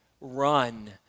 Run